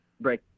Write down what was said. break